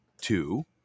Two